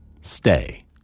stay